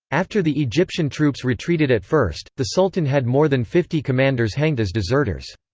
after the egyptian troops retreated at first, the sultan had more than fifty commanders hanged as deserters.